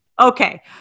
okay